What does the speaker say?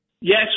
yes